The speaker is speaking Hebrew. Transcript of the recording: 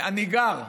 אני גר בגליל,